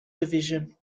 division